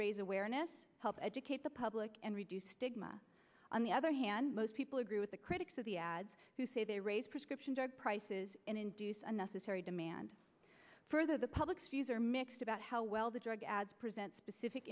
raise awareness help educate the public and reduce stigma on the other hand most people agree with the critics of the ads who say they raise prescription drug prices and induce unnecessary demand further the public's views are mixed about how well the drug ads present specific